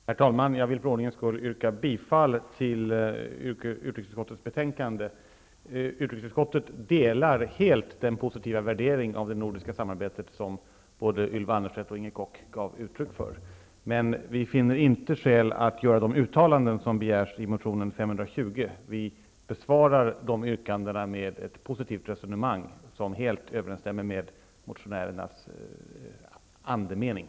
Herr talman! Jag vill för ordningens skull yrka bifall till hemställan i utrikesutskottets betänkande. Utrikesutskottet delar helt den positiva värdering av det nordiska samarbetet som både Ylva Annerstedt och Inger Koch gav uttryck för. Men vi finner inte skäl att göra de uttalanden som begärs i motionen 520. Vi besvarar yrkandena med ett positivt resonemang som helt överensstämmer med motionens andemening.